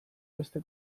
beste